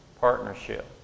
partnership